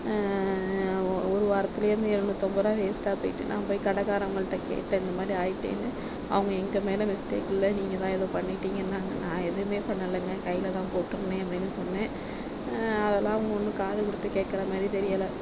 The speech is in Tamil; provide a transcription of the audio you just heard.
ஒரு வாரத்துலேயே அந்த எழுநூற்றம்பது ருபா வேஸ்ட்டாக போயிட்டு நான் போய் கடக்காரங்கள்ட்ட கேட்டேன் இந்தமாதிரி ஆகிட்டேன்னு அவங்க எங்கள் மேலே மிஸ்டேக் இல்லை நீங்கள் தான் ஏதோ பண்ணிட்டீங்கன்னாங்க நான் எதுவுமே பண்ணலைங்க கையில் தான் போட்டிருந்தேன் அப்படீன்னு சொன்னேன் அதெல்லாம் அவங்க ஒன்றும் காது கொடுத்து கேட்குற மாதிரியே தெரியலை